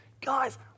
guys